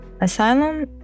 Asylum